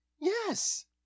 Yes